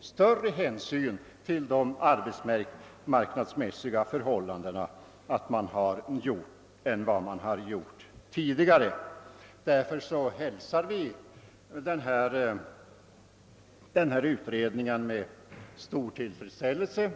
större hänsyn till de arbetsmarknadsmässiga förhållandena än man gjort hittills. Därför hälsar vi denna utredning med stor tillfredsställelse.